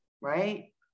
Right